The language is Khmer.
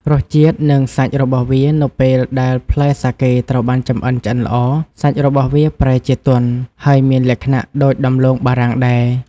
រសជាតិ និងសាច់របស់វា នៅពេលដែលផ្លែសាកេត្រូវបានចម្អិនឆ្អិនល្អ សាច់របស់វាប្រែជាទន់ ហើយមានលក្ខណៈដូចដំឡូងបារាំងដែរ។